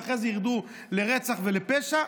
ואחרי זה ירדו לרצח ולפשע,